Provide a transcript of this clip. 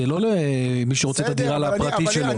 זה לא למי שרוצה את הדירה לפרטי שלו.